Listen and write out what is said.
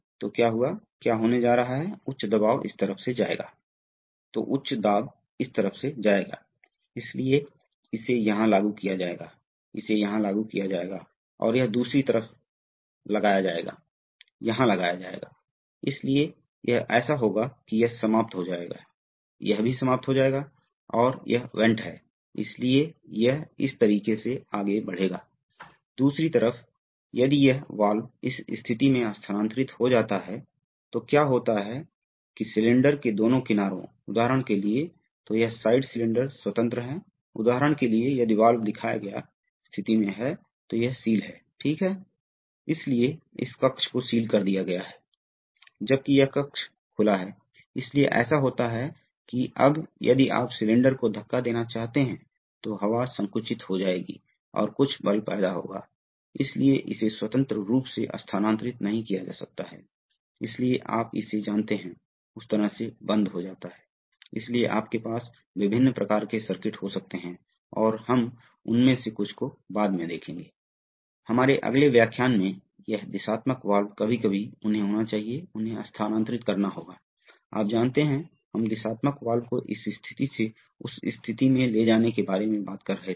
तो ये cascade loops से जुड़े हैं आप वहां देख सकते हैं हम इसे बहुत विस्तार से नहीं करेंगे लेकिन विशिष्ट ड्राइव इलेक्ट्रॉनिक्स उन सभी का उपयोग करते हैं जो मैं आपको दिखाना चाहता हूँ कुछ तत्व हैं उदाहरण के लिए आपको सर्वो एम्पलीफायरों और VI कन्वर्टर्स का उपयोग करना होगा और फिर आपको विभिन्न प्रकार के फिल्टर की आवश्यकता होगी क्योंकि आप विशेष रूप से नहीं करते हैं आप अपने सिस्टम को इनपुट देने से बचना चाहते हैं जिससे अनुनाद जैसी चीजें हो सकती हैं इसलिए उस दृष्टिकोण से आपको अपने इनपुट में कुछ आवृत्तियों को काटना होगा और यही कारण है कि आपको विभिन्न प्रकार के नोच फिल्टर की आवश्यकता है इसलिए एक नाम लोड अनुनाद नोच है